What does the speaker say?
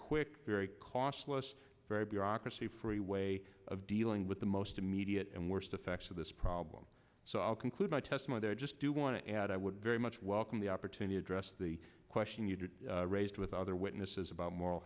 quick very cost less very bureaucracy free way of dealing with the most immediate and worst effects of this problem so i'll conclude my testimony there just to want to add i would very much welcome the opportunity address the question you raised with other witnesses about moral